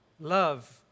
love